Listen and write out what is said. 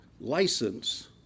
license